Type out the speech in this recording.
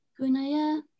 gunaya